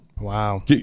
Wow